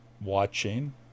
watching